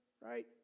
right